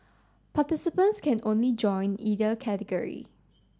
participants can only join either category